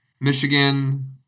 Michigan